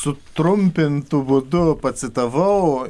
sutrumpintu būdu pacitavau